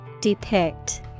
Depict